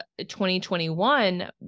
2021